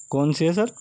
کون سی ہے سر